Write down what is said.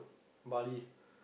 Bali